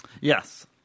Yes